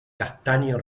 castaño